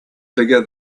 bigger